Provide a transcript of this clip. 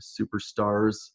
superstars